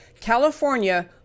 California